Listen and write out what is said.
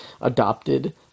adopted